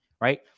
right